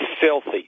filthy